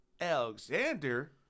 Alexander